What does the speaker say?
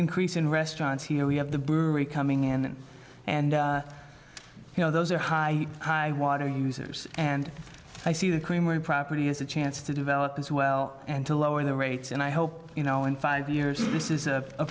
increase in restaurants here we have the brewery coming in and you know those are high water users and i see the moon property as a chance to develop as well and to lower the rates and i hope you know in five years this is a